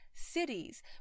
Cities